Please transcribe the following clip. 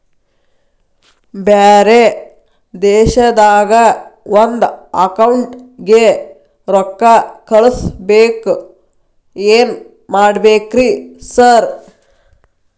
ಬ್ಯಾರೆ ದೇಶದಾಗ ಒಂದ್ ಅಕೌಂಟ್ ಗೆ ರೊಕ್ಕಾ ಕಳ್ಸ್ ಬೇಕು ಏನ್ ಮಾಡ್ಬೇಕ್ರಿ ಸರ್?